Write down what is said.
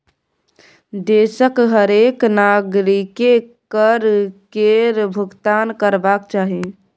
देशक हरेक नागरिककेँ कर केर भूगतान करबाक चाही